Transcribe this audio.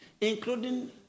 including